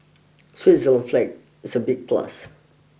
Switzerland's flag is a big plus